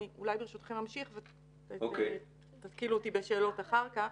ואולי ברשותכם אמשיך ותתקילו אותי בשאלות אחר כך.